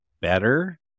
better